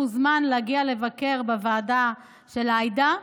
מוזמן להגיע לבקר בוועדה של עאידה,